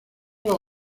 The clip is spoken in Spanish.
los